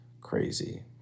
Crazy